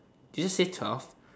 did you see twelve